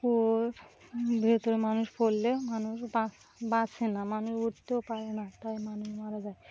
কুয়োর ভেতরে মানুষ পড়লে মানুষ বাঁচে না মানুষ উঠতেও পারে না তাই মানুষ মারা যায়